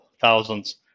thousands